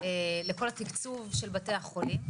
לכל התקצוב של בתי החולים.